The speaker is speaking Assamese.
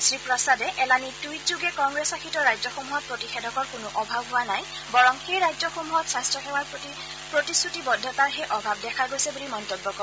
শ্ৰীপ্ৰসাদে এলানি টুইটযোগে কংগ্ৰেছশাসিত ৰাজ্যসমূহত প্ৰতিষেধকৰ কোনো অভাৱ হোৱা নাই বৰং সেই ৰাজ্যসমূহত স্বাস্থ্যসেৱাৰ প্ৰতি প্ৰতিশ্ৰুতিৱদ্ধতাৰহে অভাৱ দেখা গৈছে বুলি মন্তব্য কৰে